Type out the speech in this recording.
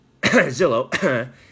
Zillow